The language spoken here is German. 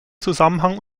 zusammenhang